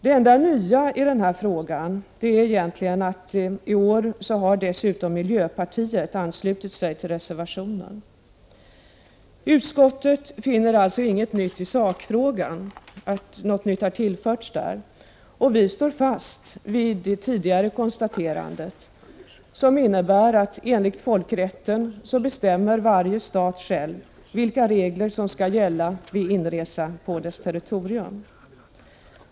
Det enda nya i den här frågan är egentligen att miljöpartiet i år har anslutit sig till reservationen. Utskottet finner alltså inte att något nytt har tillförts sakfrågan, och vi står fast vid det tidigare konstaterandet, som innebär att varje stat själv enligt folkrätten bestämmer vilka regler som skall gälla vid inresa på dess territorium.